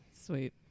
sweet